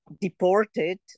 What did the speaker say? deported